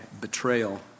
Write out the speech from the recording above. betrayal